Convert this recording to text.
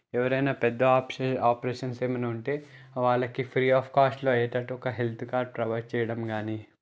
ఎవరైనా పెద్ద option operations ఏమన్నా ఉంటే వాళ్ళకి ఫ్రీ ఆఫ్ కాస్ట్లో అయ్యేటట్టు ఒక హెల్త్ కార్డ్ ప్రొవైడ్ చేయడం కానీ